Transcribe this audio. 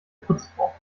putzfrau